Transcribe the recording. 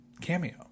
cameo